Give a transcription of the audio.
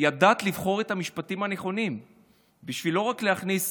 ידעת לבחור את המשפטים הנכונים לא רק בשביל להכניס